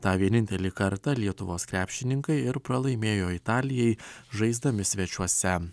tą vienintelį kartą lietuvos krepšininkai ir pralaimėjo italijai žaisdami svečiuose